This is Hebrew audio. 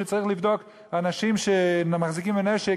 שצריך לבדוק אנשים שמחזיקים נשק,